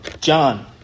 John